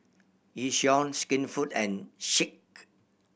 Yishion Skinfood and Schick